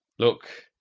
look!